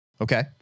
okay